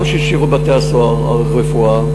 גם של שירות בתי-הסוהר, הרפואה,